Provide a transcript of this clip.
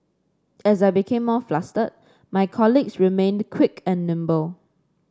as I became more flustered my colleagues remained quick and nimble